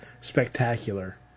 spectacular